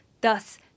Thus